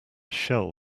shell